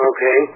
Okay